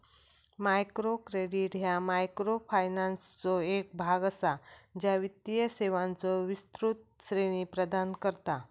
micro credit ह्या मायक्रोफायनान्सचो एक भाग असा, ज्या वित्तीय सेवांचो विस्तृत श्रेणी प्रदान करता